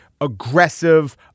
aggressive